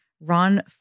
Ron